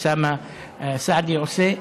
אוסאמה סעדי עושה.